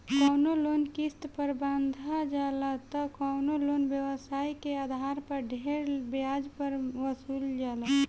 कवनो लोन किस्त पर बंधा जाला त कवनो लोन व्यवसाय के आधार पर ढेरे ब्याज पर वसूलल जाला